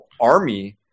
army